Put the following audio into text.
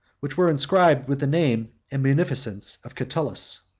which were inscribed with the name and munificence of catulus.